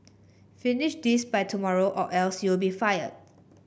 finish this by tomorrow or else you'll be fired